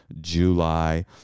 July